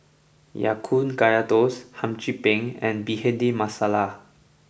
Ya Kun Kaya Toast Hum Chim Peng and Bhindi Masala